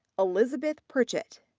elizabeth pritchett.